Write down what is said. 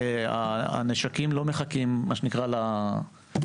הנשקים לא מחכים לפגרה.